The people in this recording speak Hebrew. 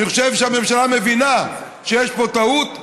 אני חושב שהממשלה מבינה שיש פה טעות,